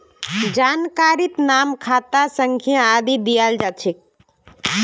जानकारीत नाम खाता संख्या आदि दियाल जा छेक